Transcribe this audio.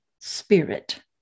spirit